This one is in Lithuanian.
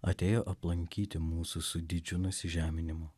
atėjo aplankyti mūsų su didžiu nusižeminimu